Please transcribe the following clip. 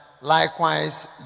Likewise